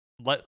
let